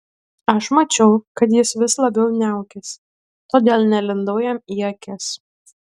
aš mačiau kad jis vis labiau niaukiasi todėl nelindau jam į akis